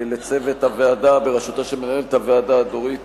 לצוות הוועדה בראשותה של מנהלת הוועדה דורית